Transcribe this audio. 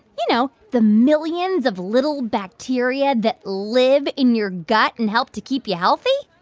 you know, the millions of little bacteria that live in your gut and help to keep you healthy?